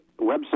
website